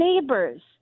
neighbors